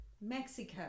mexico